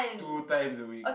two times a week